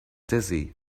dizzy